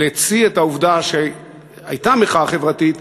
להוציא את העובדה שהייתה מחאה חברתית,